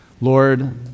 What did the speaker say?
Lord